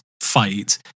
fight